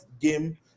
game